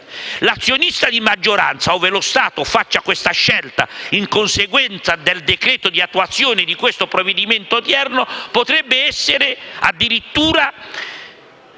L'azionista di maggioranza, ove lo Stato faccia questa scelta in conseguenza del decreto di attuazione del provvedimento odierno, potrebbe essere addirittura